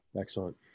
Excellent